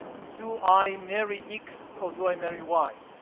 do i marry x or do i marry y?